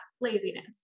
laziness